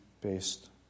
based